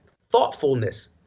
thoughtfulness